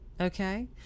okay